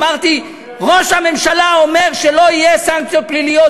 אמרתי: ראש הממשלה אומר שלא יהיו סנקציות פליליות,